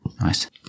nice